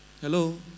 Hello